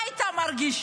מה היית מרגיש?